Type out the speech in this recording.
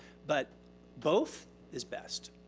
but both is best.